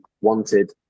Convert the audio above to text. wanted